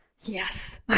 Yes